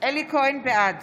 בעד